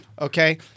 Okay